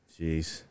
jeez